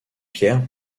pierre